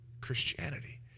Christianity